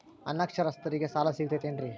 ಅನಕ್ಷರಸ್ಥರಿಗ ಸಾಲ ಸಿಗತೈತೇನ್ರಿ?